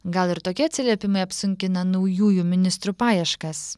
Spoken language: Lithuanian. gal ir tokie atsiliepimai apsunkina naujųjų ministrų paieškas